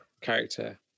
character